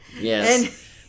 Yes